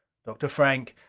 dr. frank,